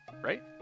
Right